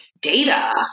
data